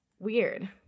Weird